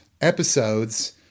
episodes